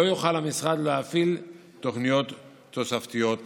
לא יוכל המשרד להפעיל תוכניות תוספתיות כלל.